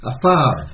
Afar